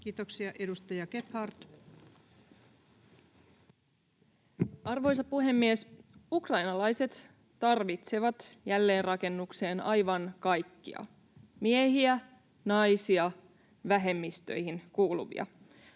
Kiitoksia. — Edustaja Gebhard. Arvoisa puhemies! Ukrainalaiset tarvitsevat jälleenrakennukseen aivan kaikkia — miehiä, naisia, vähemmistöihin kuuluvia.